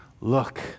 look